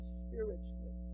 spiritually